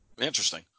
Interesting